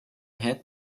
had